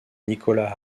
nicholas